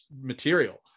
material